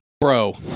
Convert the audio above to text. bro